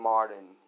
Martin